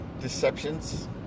deceptions